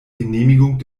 genehmigung